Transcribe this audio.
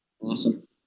awesome